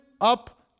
up